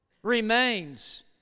remains